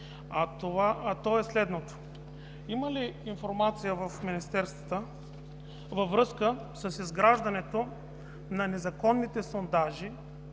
То е следното. Има ли информация в министерствата във връзка с изграждането на незаконните сондажи